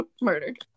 murdered